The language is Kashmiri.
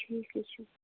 ٹھیٖک حظ چھُ